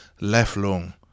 lifelong